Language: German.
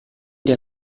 der